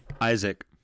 Isaac